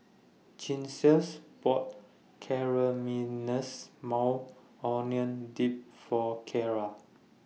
Gisselle's bought Maui Onion Dip For Kyla